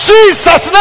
Jesus